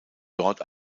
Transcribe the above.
dort